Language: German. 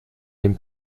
dem